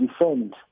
defend